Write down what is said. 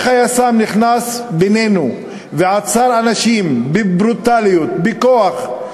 היס"מ נכנס בינינו ועצר אנשים בברוטליות, בכוח.